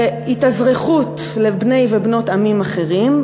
בהתאזרחות של בני ובנות עמים אחרים,